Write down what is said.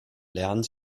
lernen